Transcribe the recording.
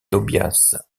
tobias